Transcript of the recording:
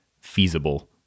feasible